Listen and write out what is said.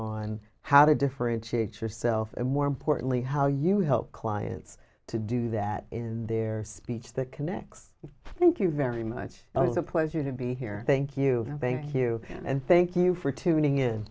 on how to differentiate yourself and more importantly how you help clients to do that in their speech that connects thank you very much it was a pleasure to be here thank you thank you and thank you for tuning in